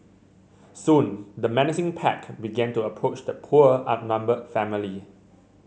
soon the menacing pack began to approach the poor outnumbered family